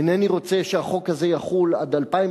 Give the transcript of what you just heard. אינני רוצה שהחוק הזה יחול עד 2015